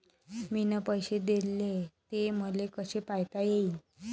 मिन पैसे देले, ते मले कसे पायता येईन?